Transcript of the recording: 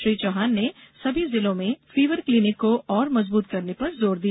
श्री चौहान ने समी जिलों में फीवर क्लीनिक को और मजबूत करने पर जोर दिया